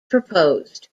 proposed